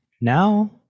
now